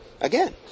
Again